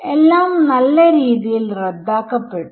എല്ലാം നല്ല രീതിയിൽ റദ്ദാക്കപ്പെട്ടു